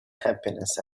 happiness